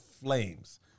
flames